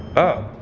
oh.